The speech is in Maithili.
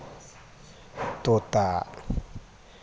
तोता